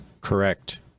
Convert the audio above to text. Correct